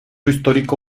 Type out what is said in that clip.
histórico